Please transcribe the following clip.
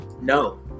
No